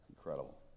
Incredible